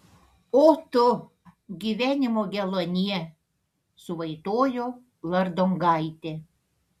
o tu gyvenimo geluonie suvaitojo lardongaitė